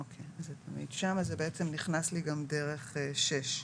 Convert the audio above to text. אוקיי, שם זה בעצם נכנס לי גם דרך (6).